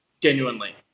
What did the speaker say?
Genuinely